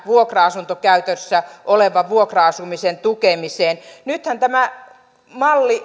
vuokra asuntokäytössä olevan vuokra asumisen tukemiseen nythän tämä malli